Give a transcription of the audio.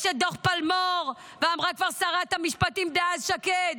יש את דוח פלמור, ואמרה כבר שרת המשפטים דאז שקד: